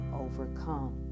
overcome